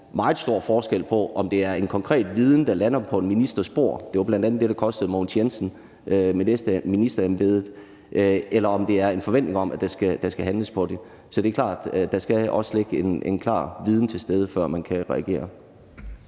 meget stor forskel på, om det er en konkret viden, der lander på en ministers bord – det var bl.a. det, der kostede Mogens Jensen ministerembedet – eller om det er en forventning om, at der skal handles på det. Så det er klart, at der også skal være en klar viden til stede, før man kan reagere.